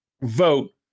Vote